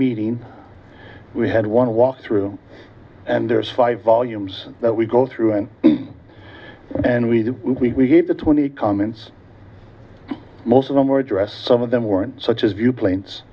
meeting we had one walk through and there's five volumes that we go through and and we did we gave the twenty comments most of them were addressed some of them weren't such as a few planes